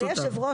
אני הקטנה,